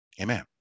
Amen